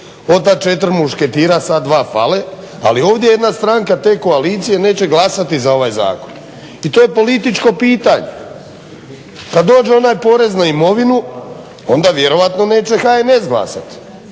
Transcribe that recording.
ta četiri mušketira sad dva fale. Ali ovdje jedna stranka te koalicije neće glasati za ovaj zakon i to je političko pitanje. Kad dođe onaj porez na imovinu onda vjerojatno neće HNS glasati,